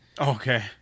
okay